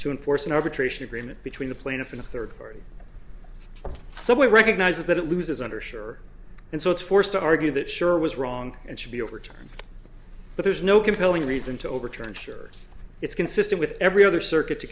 to enforce an arbitration agreement between the plaintiff and a third party so we recognize that it loses under sure and so it's forced to argue that sure was wrong and should be overturned but there's no compelling reason to overturn sure it's consistent with every other circuit to